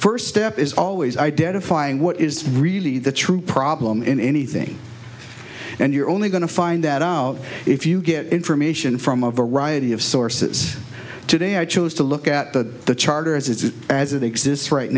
first step is always identifying what is really the true problem in anything and you're only going to find that out if you get information from a variety of sources today i chose to look at the the charter as it is as it exists right